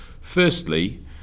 Firstly